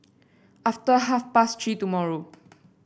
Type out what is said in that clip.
after half past Three tomorrow